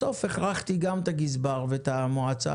בסוף הכרחתי גם את הגזבר ואת המועצה